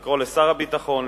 לקרוא לשר הביטחון,